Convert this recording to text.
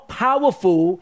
powerful